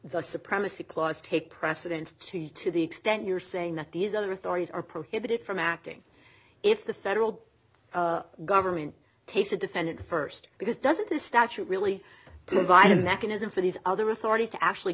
the supremacy clause take precedence to you to the extent you're saying that these other authorities are prohibited from acting if the federal government takes a defendant st because doesn't the statute really provide a mechanism for these other authorities to actually